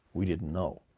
we didn't know.